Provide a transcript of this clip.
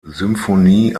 symphonie